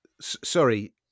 Sorry